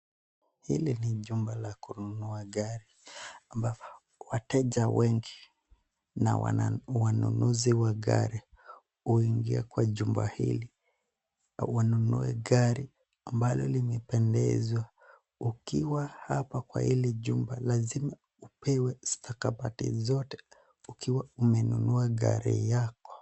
Hili ni jumba la kununua gari, ambapo wateja wengi na wanunuzi wa gari huingia kwa jumba hili wanunue gari ambalo limependezwa ukiwa hapa kwa hili jumba lazima upewe stakabadhi zote ukiwa umenunua gari yako.